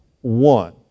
one